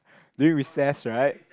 doing recess right